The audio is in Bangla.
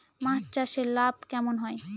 মাছ চাষে লাভ কেমন হয়?